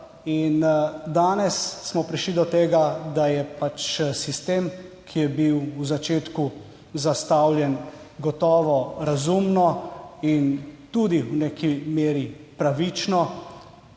in danes smo prišli do tega, da je pač sistem, ki je bil v začetku zastavljen gotovo razumno in tudi v neki meri pravično